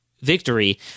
victory